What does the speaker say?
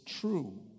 true